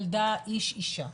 ילדה, איש ואישה.